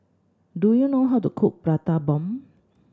do you know how to cook Prata Bomb